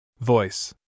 Voice